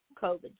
COVID